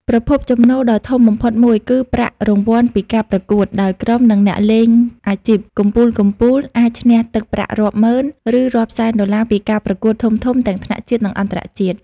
ប្រភពចំណូលដ៏ធំបំផុតមួយគឺ ប្រាក់រង្វាន់ពីការប្រកួត ដោយក្រុម និងអ្នកលេងអាជីពកំពូលៗអាចឈ្នះទឹកប្រាក់រាប់ម៉ឺន ឬរាប់សែនដុល្លារពីការប្រកួតធំៗទាំងថ្នាក់ជាតិ និងអន្តរជាតិ។